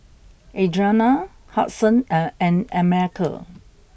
Adriana Hudson and and America